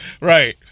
Right